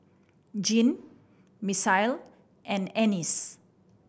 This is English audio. Jeane Misael and Ennis